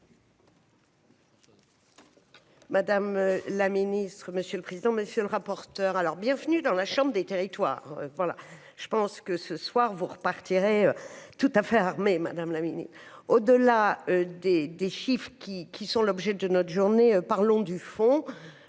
Madame la ministre, monsieur le président, monsieur le rapporteur, alors bienvenue dans la chambre des territoires, voilà, je pense que ce soir vous repartirez tout à fait armés, Madame la Ministre, au-delà des des chiffres qui, qui sont l'objet de notre journée, parlons du fond,